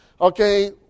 Okay